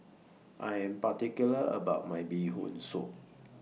I Am particular about My Bee Hoon Soup